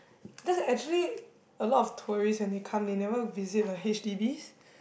just actually a lot of tourists when they come they never visit like H_D_Bs